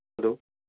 hello